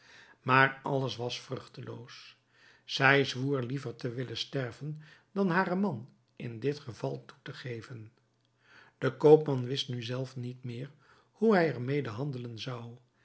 maar alles was vruchteloos zij zwoer liever te willen sterven dan haren man in dit geval toe te geven de koopman wist nu zelf niet meer hoe hij er mede handelen zou